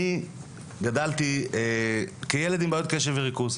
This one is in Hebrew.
אני גדלתי כילד עם בעיות קשב וריכוז,